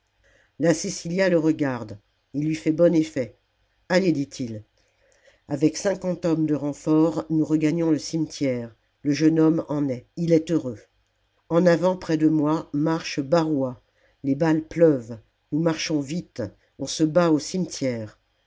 la cecillia le regarde il lui fait bon effet allez dit-il avec cinquante hommes de renfort nous regagnons le cimetière le jeune homme en est il est heureux en avant près de moi marche barois les balles pleuvent nous marchons vite on se bat au cimetière